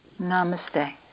Namaste